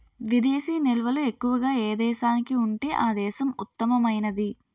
విదేశీ నిల్వలు ఎక్కువగా ఏ దేశానికి ఉంటే ఆ దేశం ఉత్తమమైనది